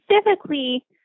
specifically